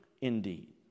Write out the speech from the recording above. indeed